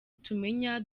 tumenye